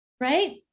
right